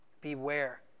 Beware